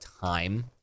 time